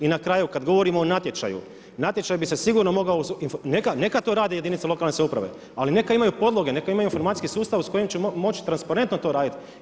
I na kraju kad govorimo o natječaju, natječaj bi se sigurno mogao, neka to rade jedinice lokalne samouprave, ali neka imaju podloge, neka imaju informacijski sustava sa kojim će moći transparentno to raditi.